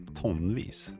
tonvis